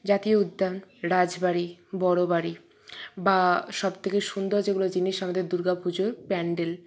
জাতীয় উদ্যান রাজবাড়ি বড়বাড়ি বা সব থেকে সুন্দর যেগুলো জিনিস আমাদের দুর্গাপুজোর প্যান্ডেল